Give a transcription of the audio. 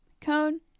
cone